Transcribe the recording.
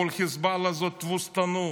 מול חיזבאללה זאת תבוסתנות.